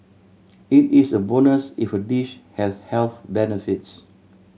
it is a bonus if a dish has health benefits